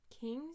Kings